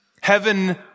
Heaven